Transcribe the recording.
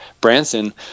Branson